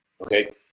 Okay